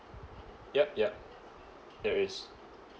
yup yup it is